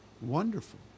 wonderful